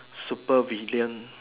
super villain